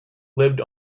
lived